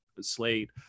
slate